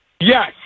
Yes